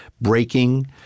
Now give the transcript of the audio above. breaking